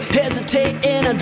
hesitating